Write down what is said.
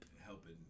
helping